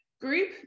group